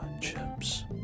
chips